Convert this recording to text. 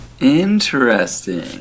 Interesting